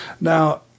now